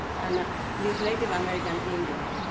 and these native american indians